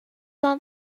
aunt